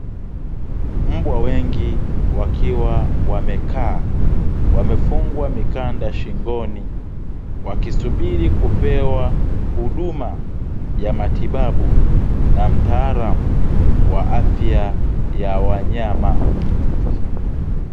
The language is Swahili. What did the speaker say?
Mbwa wengi wakiwa wamekaa, wamefungwa mikanda shingoni wakisubiri kupewa huduma ya matibabu na mtaalamu wa afya ya wanyama.